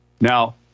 Now